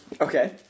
Okay